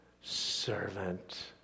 servant